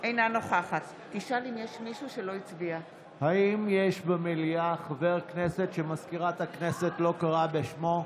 אינה נוכחת האם יש במליאה חבר כנסת שמזכירת הכנסת לא קראה בשמו?